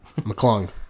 McClung